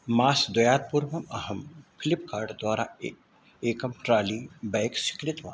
मासद्वयात् पूर्वम् अहं फ़्लिप्कार्ड् द्वारा ए एकं ट्रालि बेग् स्वीकृतवान्